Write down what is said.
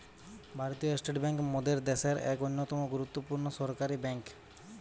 ভারতীয় state bank মোদের দ্যাশের এক অন্যতম গুরুত্বপূর্ণ সরকারি বেঙ্ক